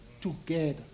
together